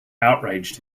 outraged